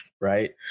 right